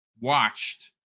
watched